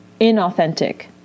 inauthentic